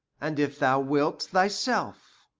and if thou wilt thy self.